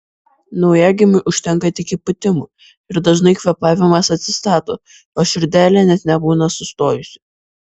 naujagimiui užtenka tik įpūtimų ir dažnai kvėpavimas atsistato o širdelė net nebūna sustojusi